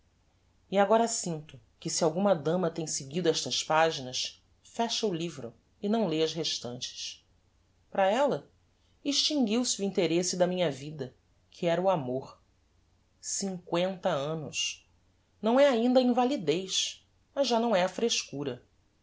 e agora sinto que se alguma dama tem seguido estas paginas fecha o livro e não lê as restantes para ella extinguiu-se o interesse da minha vida que era o amor cincoenta annos não é ainda a invalidez mais já não é a frescura